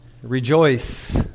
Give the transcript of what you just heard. Rejoice